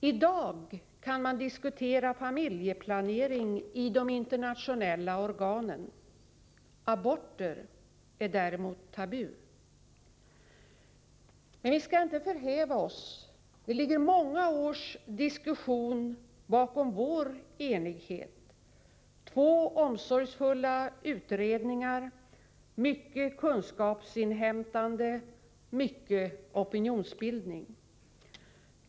I dag kan man diskutera familjeplanering i de internationella organen. Aborter är däremot tabu. Men vi skall inte förhäva oss. Det ligger många års diskussion bakom vår enighet — två omsorgsfulla utredningar, mycket kunskapsinhämtande, mycket opinionsbildning.